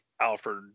Alfred